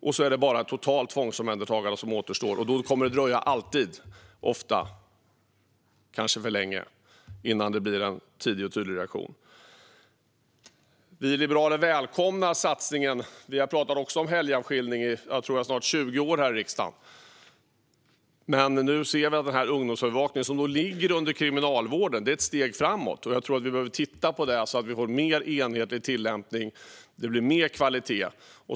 Sedan återstår bara totalt tvångsomhändertagande. Då kommer det ofta att dröja för länge innan det blir en tydlig reaktion. Vi liberaler välkomnar satsningen på helgavskiljning. Vi har talat om det i snart 20 år här i riksdagen. Nu ser vi att denna ungdomsövervakning, som ligger under kriminalvården, är ett steg framåt. Jag tror att vi behöver titta på det så att vi får en mer enhetlig tillämpning och att det blir mer kvalitet.